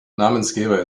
namensgeber